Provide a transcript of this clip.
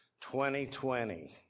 2020